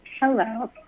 Hello